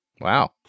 Wow